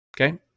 okay